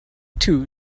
too